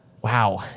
Wow